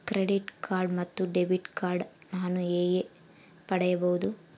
Credit card ಮತ್ತು debit card ನಾನು ಹೇಗೆ ಪಡೆಯಬಹುದು?